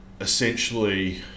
essentially